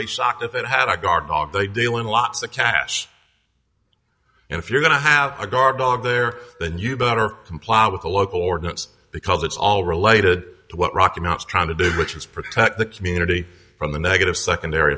be shocked if it had a guard dog they deal in lots of cash if you're going to have a guard dog there then you better comply with the local ordinance because it's all related to what rocky mounts trying to do which is protect the community from the negative secondary